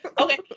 Okay